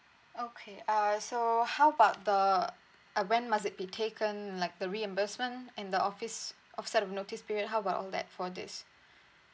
okay uh so how about the uh when must it be taken like the reimbursement and the office offset of notice period how about all that for this